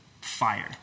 Fire